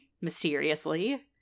mysteriously